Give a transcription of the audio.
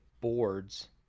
boards